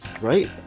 Right